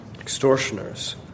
extortioners